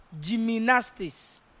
Gymnastics